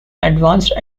advanced